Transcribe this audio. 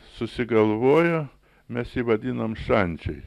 susigalvojo mes jį vadinom šančiai